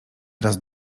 raz